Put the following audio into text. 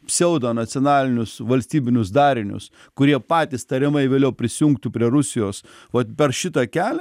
pseudo nacionalinius valstybinius darinius kurie patys tariamai vėliau prisijungtų prie rusijos vat per šitą kelią